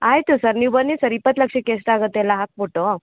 ಆಯಿತು ಸರ್ ನೀವು ಬನ್ನಿ ಸರ್ ಇಪ್ಪತ್ತು ಲಕ್ಷಕ್ಕೆ ಎಷ್ಟು ಆಗತ್ತೆ ಎಲ್ಲ ಹಾಕ್ಬಿಟ್ಟು